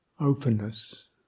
openness